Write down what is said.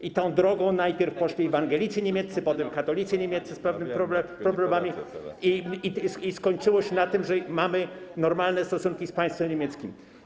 I tą drogą najpierw poszli ewangelicy niemieccy, potem katolicy niemieccy z pewnymi problemami i skończyło się na tym, że mamy normalne stosunki z państwem niemieckim.